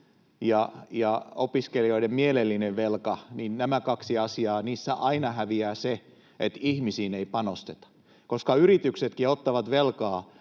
ja opiskelijoiden mielellisessä velassa, näissä kahdessa asiassa aina häviää se, että ihmisiin ei panosteta, koska yrityksetkin ottavat velkaa,